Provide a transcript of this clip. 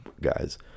guys